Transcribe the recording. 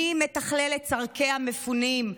מי מתכלל את צורכי המפונים.